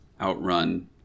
Outrun